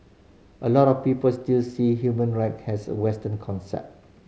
a lot of people still see human right as a Western concept